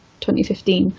2015